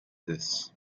this